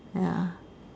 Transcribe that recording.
ya